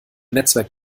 netzwerk